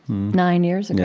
nine years and yeah